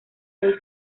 ahí